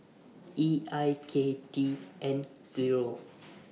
E I K T N Zero